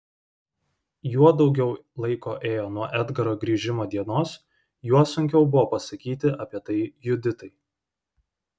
juo daugiau laiko ėjo nuo edgaro grįžimo dienos juo sunkiau buvo pasakyti apie tai juditai